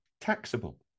taxable